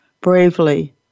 bravely